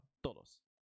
Todos